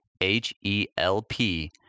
H-E-L-P